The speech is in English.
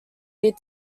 weird